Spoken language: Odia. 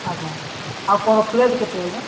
ଆଜ୍ଞା ଆଉ କ'ଣ ପ୍ଲେଟ୍ କେତେ ଆଜ୍ଞା